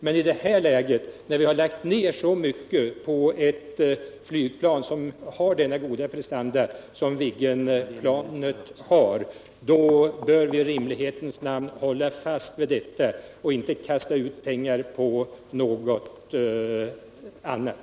Men i ett läge, när vi lagt ned så mycket på ett flygplan som har så goda prestanda som Viggen, bör vi i rimlighetens namn hålla fast vid detta och inte kasta ut pengar på någonting annat.